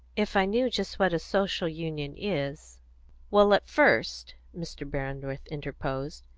if i knew just what a social union is well, at first, mr. brandreth interposed,